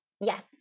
Yes